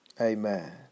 Amen